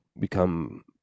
become